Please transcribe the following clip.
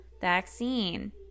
vaccine